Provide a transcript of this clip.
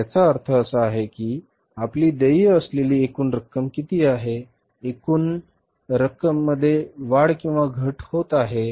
तर याचा अर्थ असा आहे की आपली देय असलेली एकूण रक्कम किती आहे एकूण रॉकी मध्ये वाढ किंवा घट होत आहे